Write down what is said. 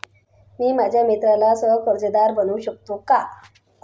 मी माझ्या मित्राला सह कर्जदार बनवू शकतो का?